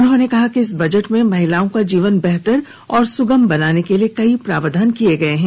उन्होंने कहा कि इस बजट में महिलाओं का जीवन बेहतर और सुगम बनाने के लिए कई प्रावधान किये गये हैं